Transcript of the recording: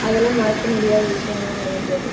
அதெலாம் மறக்க முடியாத விஷயமா இருந்தது